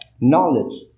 Knowledge